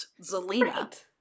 Zelina